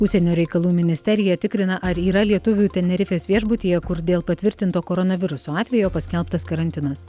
užsienio reikalų ministerija tikrina ar yra lietuvių tenerifės viešbutyje kur dėl patvirtinto koronaviruso atvejo paskelbtas karantinas